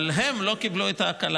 אבל הם לא קיבלו את ההקלה.